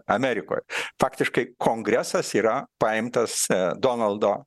amerikoj faktiškai kongresas yra paimtas donaldo